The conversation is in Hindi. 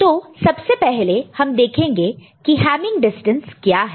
तो सबसे पहले हम देखेंगे की हैमिंग डिस्टेंस क्या है